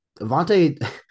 Avante